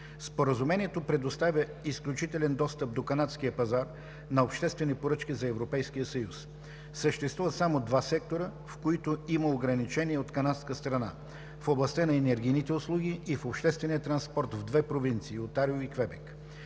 Споразумението предоставя изключителен достъп до канадския пазар на обществени поръчки за Европейския съюз. Съществуват само два сектора, в които има ограничение от канадска страна – в областта на енергийните услуги и в обществения транспорт в две провинции – Онтарио и Квебек.